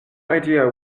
idea